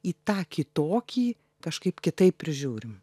į tą kitokį kažkaip kitaip ir žiūrim